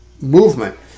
movement